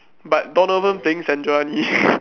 but Donovan playing Syndra only